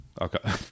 Okay